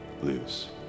lose